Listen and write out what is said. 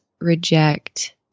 reject